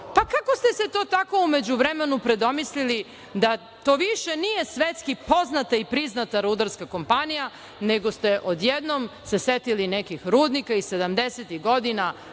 ste se to tako u međuvremenu predomislili da to više nije svetski poznata i priznata rudarska kompanija, nego ste se odjednom setili nekih rudnika iz 70-ih godina,